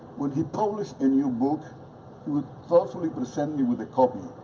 when he published a new book, he would thoughtfully present me with a copy,